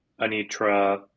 Anitra